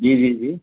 جی جی جی